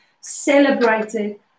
celebrated